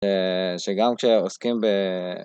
שגם כשעוסקים ב...